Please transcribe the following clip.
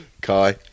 Kai